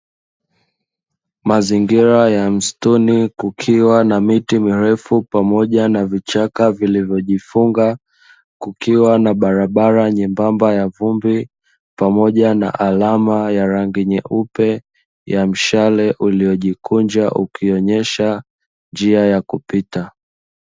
Mazingira ya msituni kukiwa na miti mirefu pamoja na vichaka vilivyojifung. Kukiwa na barabara nyembamba ya vumbi pamoja na alama ya rangi nyeupe ya mshale, uliojikunja ukionyesha njia ya kupita.